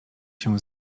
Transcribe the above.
się